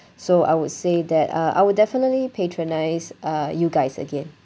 so I would say that uh I will definitely patronise uh you guys again